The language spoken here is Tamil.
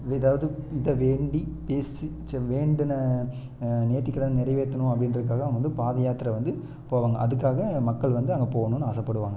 எதாவது இதை வேண்டி பேசிச்சு வேண்டுன நேர்த்திக்கடன் நிறைவேற்றணும் அப்படின்றதுக்காக அவங்க வந்து பாத யாத்திரை வந்து போவாங்க அதற்காக மக்கள் வந்து அங்கே போகணுன்னு ஆசைப்படுவாங்க